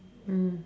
mm